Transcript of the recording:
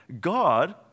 God